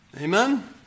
Amen